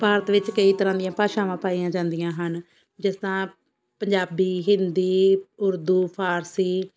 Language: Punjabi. ਭਾਰਤ ਵਿੱਚ ਕਈ ਤਰ੍ਹਾਂ ਦੀਆਂ ਭਾਸ਼ਾਵਾਂ ਪਾਈਆ ਜਾਂਦੀਆਂ ਹਨ ਜਿਸ ਤਰ੍ਹਾਂ ਪੰਜਾਬੀ ਹਿੰਦੀ ਉਰਦੂ ਫਾਰਸੀ